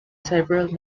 several